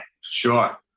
sure